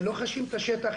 לא חשים את השטח,